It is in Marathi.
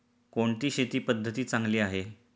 कोणती शेती पद्धती चांगली आहे?